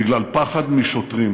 בגלל פחד משוטרים.